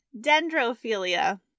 Dendrophilia